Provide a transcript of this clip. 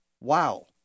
wow